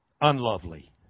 unlovely